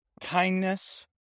kindness